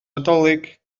nadolig